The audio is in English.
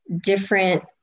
different